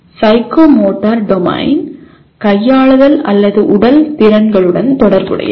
psychomotor domain கையாளுதல் அல்லது உடல் திறன்களுடன் தொடர்புடையது